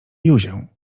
józię